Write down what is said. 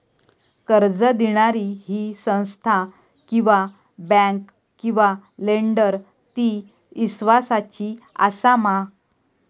कर्ज दिणारी ही संस्था किवा बँक किवा लेंडर ती इस्वासाची आसा मा?